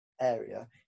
area